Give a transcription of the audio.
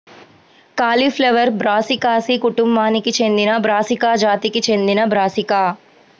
cauliflower brassicaceae కుటుంబానికి చెందినబ్రాసికా జాతికి చెందినబ్రాసికా